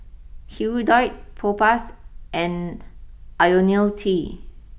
Hirudoid Propass and Ionil T